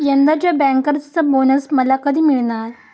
यंदाच्या बँकर्सचा बोनस मला कधी मिळणार?